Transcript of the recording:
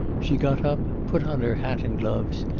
she got up, put on her hat and gloves,